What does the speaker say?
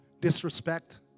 Disrespect